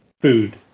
food